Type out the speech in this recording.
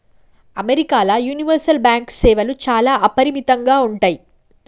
అమెరికాల universal bank సేవలు చాలా అపరిమితంగా ఉంటయ్